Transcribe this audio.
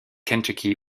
kentucky